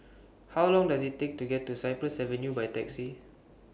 How Long Does IT Take to get to Cypress Avenue By Taxi